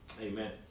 Amen